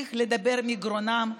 נמשיך לדבר מגרונם,